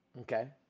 okay